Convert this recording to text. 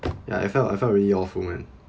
ya I felt I felt really awful man